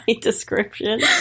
description